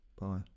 Bye